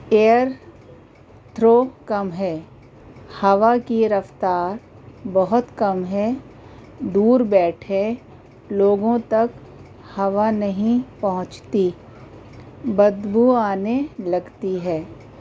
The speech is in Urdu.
ایئر تھرو کم ہے ہوا کی رفتار بہت کم ہے دور بیٹھے لوگوں تک ہوا نہیں پہنچتی بدبو آنے لگتی ہے